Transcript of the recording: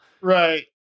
Right